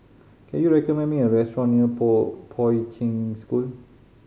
can you recommend me a restaurant near Poi Poi Ching School